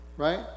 right